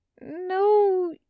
No